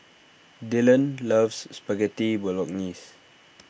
Dillan loves Spaghetti Bolognese